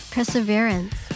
Perseverance